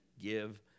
give